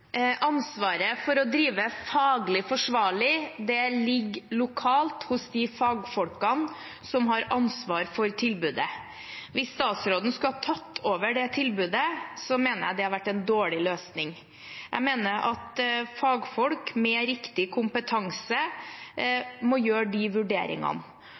Ansvaret for å drive faglig forsvarlig ligger lokalt hos de fagfolkene som har ansvar for tilbudet. At statsråden skulle tatt over tilbudet, mener jeg hadde vært en dårlig løsning. Jeg mener at fagfolk med riktig kompetanse må gjøre de vurderingene.